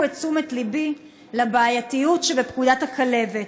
את תשומת לבי לבעייתיות שבפקודת הכלבת.